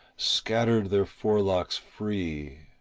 scattered their forelocks free